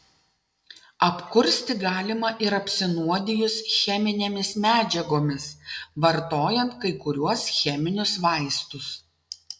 apkursti galima ir apsinuodijus cheminėmis medžiagomis vartojant kai kuriuos cheminius vaistus